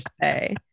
say